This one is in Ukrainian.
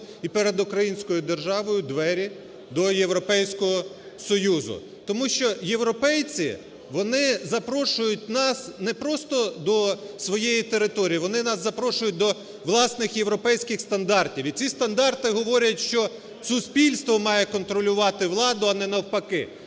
і перед українською державою двері до Європейського Союзу. Тому що європейці, вони запрошують нас не просто до своєї території, вони нас запрошують до власних європейських стандартів. І ці стандарти говорять, що суспільство має контролювати владу, а не навпаки.